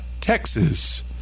Texas